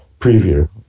preview